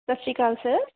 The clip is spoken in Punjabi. ਸਤਿ ਸ਼੍ਰੀ ਅਕਾਲ ਸਰ